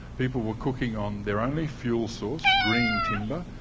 people were cooking on their only fuel source, green timber.